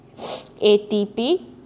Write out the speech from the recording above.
ATP